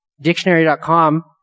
Dictionary.com